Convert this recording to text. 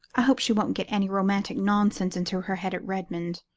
i hope she won't get any romantic nonsense into her head at redmond.